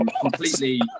completely